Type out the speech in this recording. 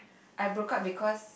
I broke up because